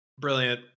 Brilliant